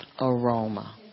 aroma